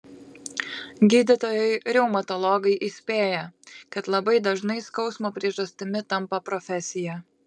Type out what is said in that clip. gydytojai reumatologai įspėja kad labai dažnai skausmo priežastimi tampa profesija